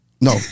No